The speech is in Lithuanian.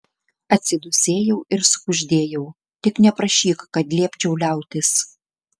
atsidūsėjau ir sukuždėjau tik neprašyk kad liepčiau liautis